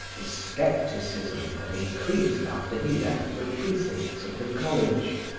his scepticism had increased after he left the precincts of the college.